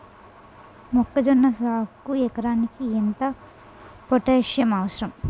మొక్కజొన్న సాగుకు ఎకరానికి ఎంత పోటాస్సియం అవసరం?